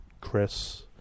Chris